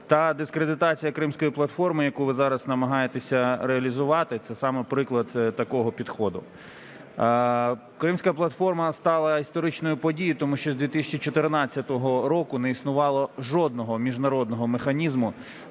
Та дискредитація Кримської платформи, яку ви зараз намагаєтеся реалізувати, – це саме приклад такого підходу. Кримська платформа стала історичною подією, тому що з 2014 року не існувало жодного міжнародного механізму